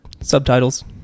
subtitles